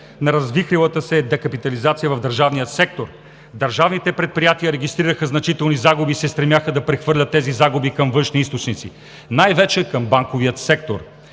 на развихрилата се декапитализация в държавния сектор. Държавните предприятия регистрираха значителни загуби и се стремяха да прехвърлят тези загуби към външни източници, най-вече към банковия сектор.